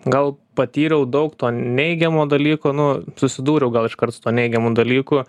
gal patyriau daug to neigiamų dalykų nu susidūriau gal iškart su tuo neigiamu dalyku